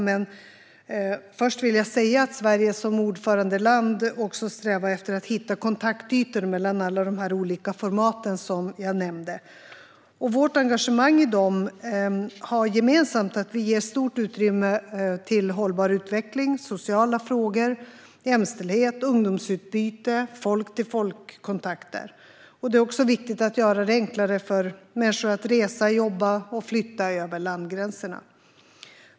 Men först vill jag säga att Sverige som ordförandeland också strävar efter att hitta kontaktytor mellan alla de olika format som jag har nämnt. Gemensamt för vårt engagemang i dem är att vi ger stort utrymme för hållbar utveckling, sociala frågor, jämställdhet, ungdomsutbyte och folk-till-folk-kontakter. Det är också viktigt att göra det enklare för människor att resa, jobba och flytta över landsgränserna.